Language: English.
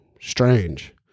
strange